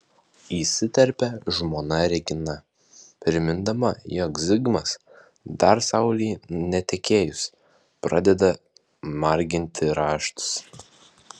įsiterpia žmona regina primindama jog zigmas dar saulei netekėjus pradeda marginti raštus